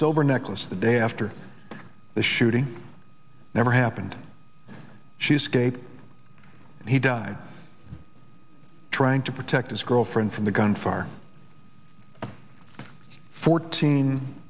silver necklace the day after the shooting never happened she escaped and he died trying to protect his girlfriend from the gun far fourteen